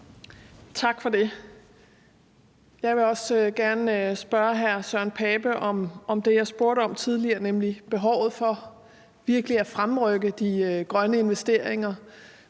Tak for det. Jeg vil også gerne spørge hr. Søren Pape Poulsen om det, jeg har spurgt om tidligere, nemlig om behovet for virkelig at fremrykke de grønne investeringer